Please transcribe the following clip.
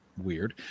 weird